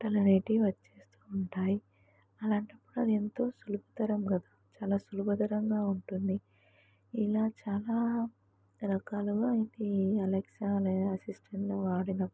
పాట్టలనేటివి వచ్చేస్తూ ఉంటాయి అలాంటప్పుడు అది ఎంతో సులభతరం కదా చాలా సులభతరంగా ఉంటుంది ఇలా చాలా రకాలుగా ఇది అలెక్సా అనే అసిస్టెంట్ను వాడినప్పుడు